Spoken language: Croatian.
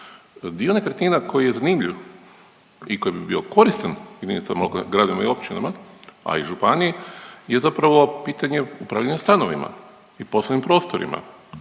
Dio nekretnina koji je zanimljiv i koji bi bio koristan jedinicama lokalne, gradovima i općinama, a i županiji je zapravo pitanje upravljanja stanovima i poslovnim prostorima.